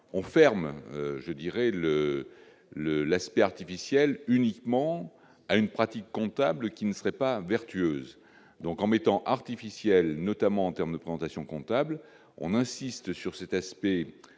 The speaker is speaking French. on ferme, je dirais le le l'aspect artificiels uniquement à une pratique comptable qui ne serait pas vertueuse, donc en mettant artificielle, notamment en termes de présentation comptable, on insiste sur cet aspect